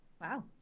wow